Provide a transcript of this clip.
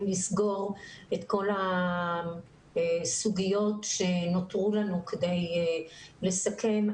לסגור את כל הסוגיות שנותרו לנו כדי לסכם.